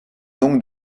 donc